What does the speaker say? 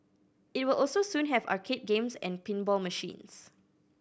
it will also soon have arcade games and pinball machines